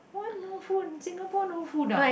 what no food in Singapore no food ah